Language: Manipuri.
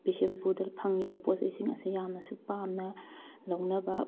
ꯕꯤꯁꯦꯟꯄꯨꯔꯗ ꯐꯪꯉꯤꯕ ꯄꯣꯠ ꯆꯩꯁꯤꯡ ꯑꯁꯦ ꯌꯥꯝꯅꯁꯨ ꯄꯥꯝꯅ ꯂꯧꯅꯕ